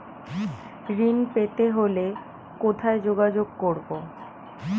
ঋণ পেতে হলে কোথায় যোগাযোগ করব?